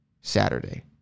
Saturday